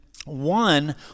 One